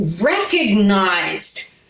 recognized